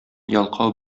ялкау